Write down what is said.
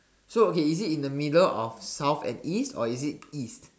so okay is it in the middle of South and East or is it East